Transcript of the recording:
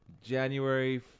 January